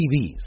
TVs